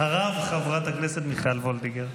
אחריו, חברת הכנסת מיכל וולדיגר.